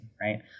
right